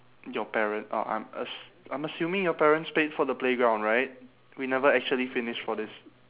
your pare~ oh I'm as~ I'm assuming your parents paid for the playground right we never actually finish for this